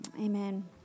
Amen